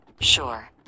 sure